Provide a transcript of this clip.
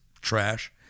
trash